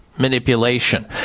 manipulation